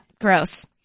Gross